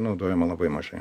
naudojama labai mažai